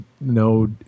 no